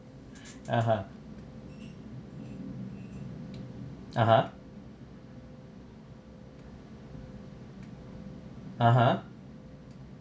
(uh huh) (uh huh) (uh huh)